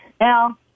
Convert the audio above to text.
Now